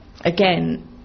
again